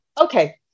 Okay